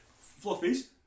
fluffies